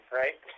right